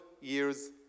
years